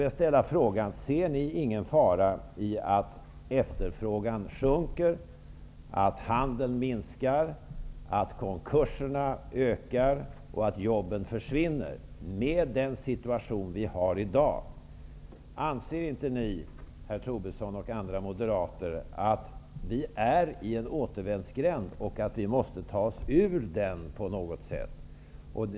Jag vill fråga: Ser ni ingen fara i att efterfrågan sjunker, att handeln minskar, att konkurserna ökar och att jobben försvinner, med den situation vi har i dag? Anser ni inte, herr Tobisson och andra moderater, att vi är i en återvändsgränd och att vi måste ta oss ur den på något sätt?